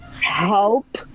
help